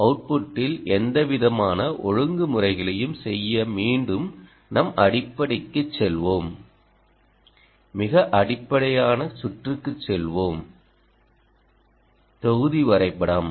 அவுட்புட்டில் எந்தவிதமான ஒழுங்குமுறைகளையும் செய்ய மீண்டும் நம் அடிப்படைக்குச் செல்வோம் மிக அடிப்படையான சுற்றுக்குச் செல்வோம் தொகுதி வரைபடம்